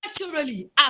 naturally